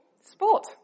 Sport